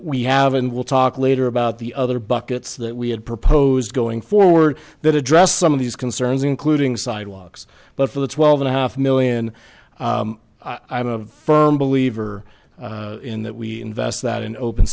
we have and we'll talk later about the other buckets that we had proposed going forward that addressed some of these concerns including sidewalks but for the twelve and a half million i am a firm believer in that we invest that in open